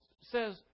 says